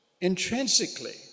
intrinsically